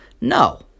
No